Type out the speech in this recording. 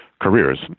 careers